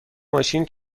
ماشین